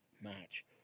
match